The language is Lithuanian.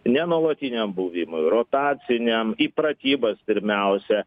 ne nuolatiniam buvimui rotaciniam į pratybas pirmiausia